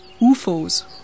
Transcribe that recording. UFOs